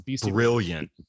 brilliant